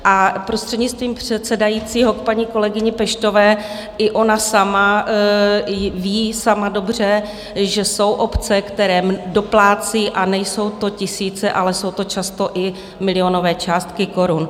A prostřednictvím předsedajícího k paní kolegyni Peštové, i ona sama ví dobře, že jsou obce, které doplácejí, a nejsou to tisíce, ale jsou to často i milionové částky korun.